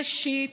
ראשית,